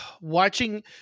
watching